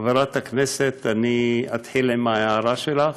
חברת הכנסת, אני אתחיל בהערה שלך,